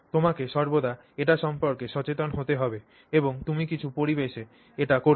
তোমাকে সর্বদা এটি সম্পর্কে সচেতন হতে হবে এবং তুমি কিছু পরিবেশে এটি করছ